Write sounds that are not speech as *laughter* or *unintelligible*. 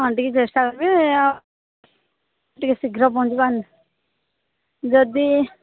ହଁ ଟିକେ ଚେଷ୍ଟା କରିବେ ଆଉ ଟିକେ ଶୀଘ୍ର *unintelligible* ଯଦି